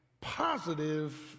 positive